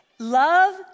Love